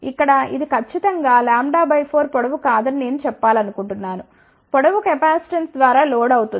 ఇక్కడ ఇది ఖచ్చితం గా λ 4 పొడవు కాదని నేను చెప్పాలనుకుంటున్నాను పొడవు కెపాసిటెన్స్ ద్వారా లోడ్ అవుతుంది